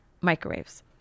Microwaves